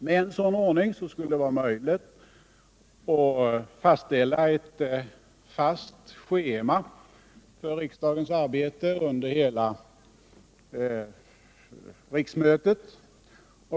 Med en sådan ordning skulle det vara möjligt att fastställa ett schema för riksdagens arbete under hela riksmötet.